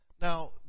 Now